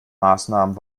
maßnahmen